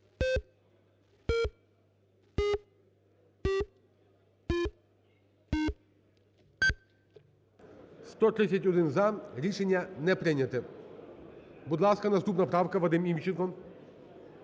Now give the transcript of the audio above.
За-131 Рішення не прийняте. Будь ласка, наступна правка. Вадим Івченко.